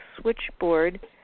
switchboard